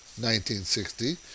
1960